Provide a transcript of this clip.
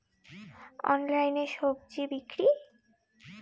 অনলাইনে স্বজি বিক্রি?